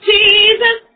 Jesus